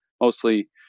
mostly